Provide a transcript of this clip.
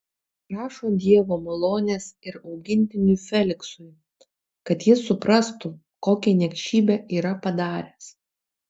prašo dievo malonės ir augintiniui feliksui kad jis suprastų kokią niekšybę yra padaręs